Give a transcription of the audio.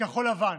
שכחול לבן